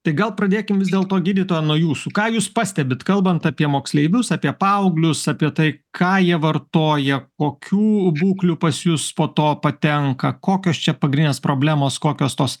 tai gal pradėkim vis dėl to gydytoja nuo jūsų ką jūs pastebit kalbant apie moksleivius apie paauglius apie tai ką jie vartoja kokių būklių pas jus po to patenka kokios čia pagrindinės problemos kokios tos